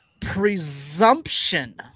presumption